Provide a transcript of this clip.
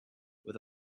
with